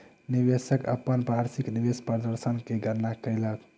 निवेशक अपन वार्षिक निवेश प्रदर्शन के गणना कयलक